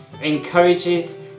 encourages